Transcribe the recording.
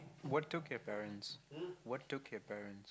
what took at parents